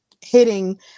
hitting